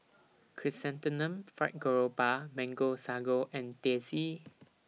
Chrysanthemum Fried Garoupa Mango Sago and Teh C